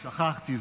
שכחתי,